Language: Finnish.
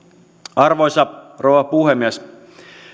arvoisa rouva puhemies